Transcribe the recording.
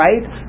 right